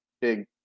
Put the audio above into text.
big